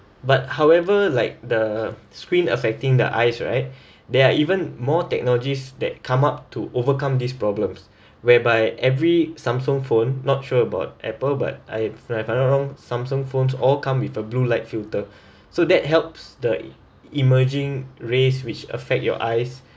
but however like the screen affecting the eyes right there are even more technologies that come up to overcome these problems whereby every samsung phone not sure about apple but I if I'm not wrong samsung phones all come with a blue light filter so that helps the emerging rays which affect your eyes